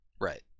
Right